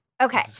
Okay